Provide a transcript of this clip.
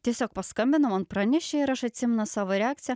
tiesiog paskambino man pranešė ir aš atsimenu savo reakciją